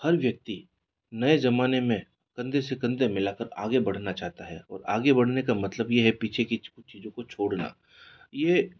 हर व्यक्ति नए ज़माने में कंधे से कंधे मिला कर आगे बढ़ना चाहता है और आगे बढ़ने का मतलब यह है पीछे की चीज़ों को छोड़ना यह